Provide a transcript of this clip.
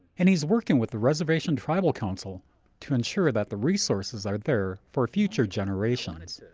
and he's working with the reservation tribal council to ensure that the resources are there for future generations.